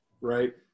Right